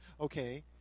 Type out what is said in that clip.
Okay